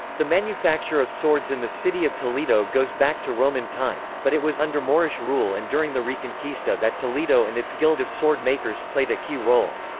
the manufacture of swords in the city of toledo goes back to roman times, but it was under moorish rule and during the reconquista that toledo and its guild of sword-makers played a key role.